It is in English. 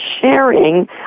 sharing